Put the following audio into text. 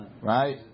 Right